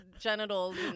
genitals